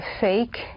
fake